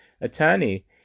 attorney